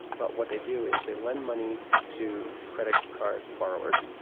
but what they do is, they lend money to credit card borrowers,